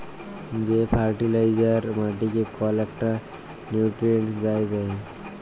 যে ফার্টিলাইজার মাটিকে কল ইকটা লিউট্রিয়েল্ট দ্যায়